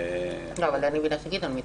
אני מבינה שגדעון מתנגד.